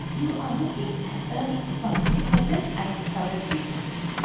you are looking at earnings from a new method i discovered recently.